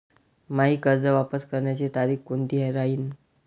मायी कर्ज वापस करण्याची तारखी कोनती राहीन?